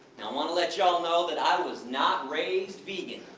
want to let you all know, that i was not raised vegan.